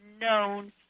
known